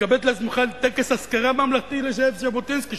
מתכבדת להזמינך לטקס אזכרה ממלכתי לזאב ז'בוטינסקי,